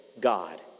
God